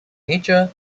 nature